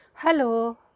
Hello